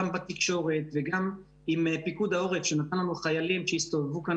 גם בתקשורת וגם עם פיקוד העורף שנתן לנו חיילים שהסתובבו כאן